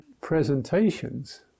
presentations